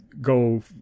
go